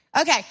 Okay